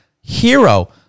hero